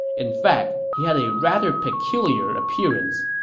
in fact, he had a rather peculiar appearance.